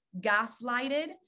gaslighted